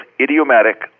idiomatic